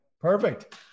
Perfect